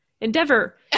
endeavor